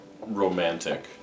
romantic